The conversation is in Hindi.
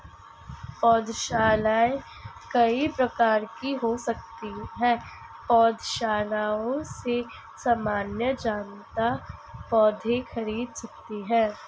पौधशालाएँ कई प्रकार की हो सकती हैं पौधशालाओं से सामान्य जनता पौधे खरीद सकती है